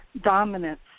dominance